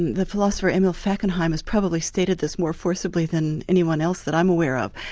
the philosopher emil fackenheim has probably stated this more forcibly than anyone else that i'm aware of,